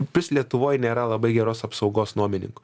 vis lietuvoj nėra labai geros apsaugos nuomininkų